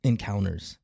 Encounters